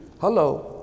hello